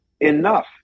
enough